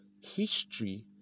history